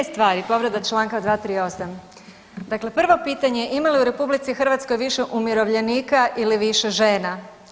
Dvije stvari, povreda Članka 238., dakle prvo pitanje ima li u RH više umirovljenika ili više žena?